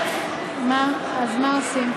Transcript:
חשובים.